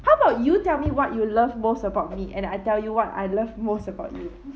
how about you tell me what you love most about me and I tell you what I love most about you